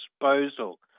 disposal